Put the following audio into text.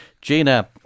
Gina